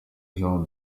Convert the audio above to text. jean